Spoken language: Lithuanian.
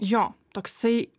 jo toksai